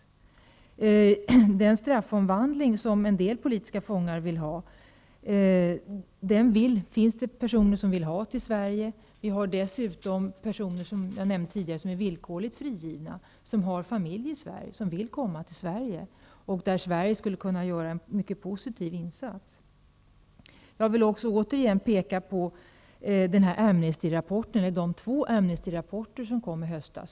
När det gäller straffomvandling finns det en del politiska fångar som vill till Sverige. Det finns dessutom personer som är villkorligt frigivna och har familjer i Sverige och som vill komma till Sverige. Sverige skulle där kunna göra en mycket positiv insats. Jag vill återigen hänvisa till de två Amnestyrapporter som kom i höstas.